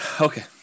okay